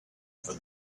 for